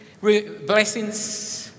blessings